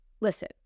Listen